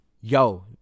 yo